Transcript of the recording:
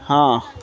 ହଁ